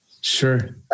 Sure